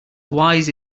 wise